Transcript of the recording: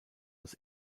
als